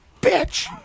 bitch